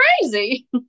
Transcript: crazy